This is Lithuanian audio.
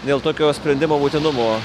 dėl tokio sprendimo būtinumo